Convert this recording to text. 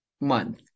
month